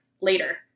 later